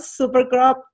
Supercrop